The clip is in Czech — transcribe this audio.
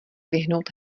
vyhnout